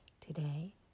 Today